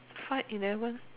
five eleven